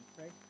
right